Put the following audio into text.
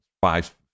five